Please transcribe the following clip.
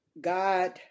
God